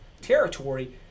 territory